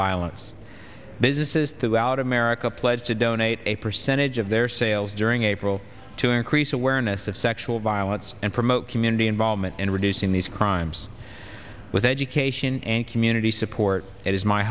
violence businesses throughout america pledge to donate a percentage of their sales during april to increase awareness of sexual violence and promote community involvement in reducing these crimes with education and community support